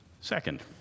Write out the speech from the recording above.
Second